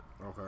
Okay